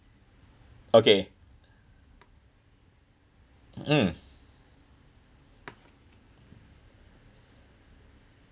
okay mm